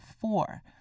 Four